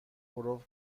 پرو